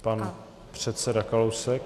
Pan předseda Kalousek.